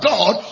God